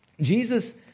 Jesus